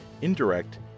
indirect